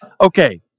Okay